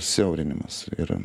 siaurinimas ir